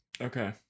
okay